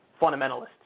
fundamentalists